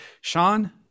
Sean